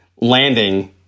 landing